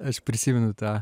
aš prisimenu tą